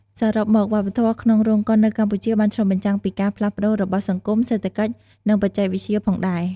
សរុបមក វប្បធម៌ក្នុងរោងកុននៅកម្ពុជាបានឆ្លុះបញ្ចាំងពីការផ្លាស់ប្ដូររបស់សង្គម សេដ្ឋកិច្ច និងបច្ចេកវិទ្យាផងដែរ ។